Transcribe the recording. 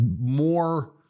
more